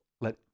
let